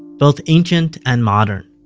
both ancient and modern.